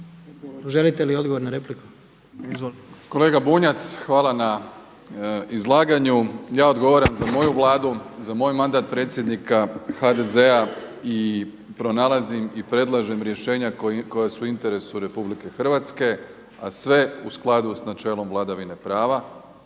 **Plenković, Andrej (HDZ)** Kolega Bunjac hvala na izlaganju. Ja odgovaram za moju Vladu, za moj mandat predsjednika HDZ-a i pronalazim i predlažem rješenja koja su u interesu Republike Hrvatske, a sve u skladu sa načelom vladavine prava